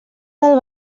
del